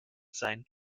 sein